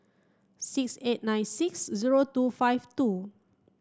six eight nine six zero two five two